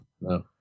No